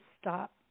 stop